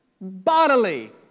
bodily